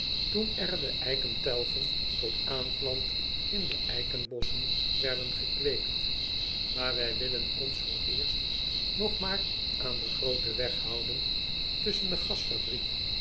toen er de eikentelgen tot aanplant in de eikenbosschen werden gekweekt aar wij willen ons vooreerst nog maar aan den grooten weg houden tusschen de